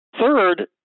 Third